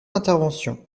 intervention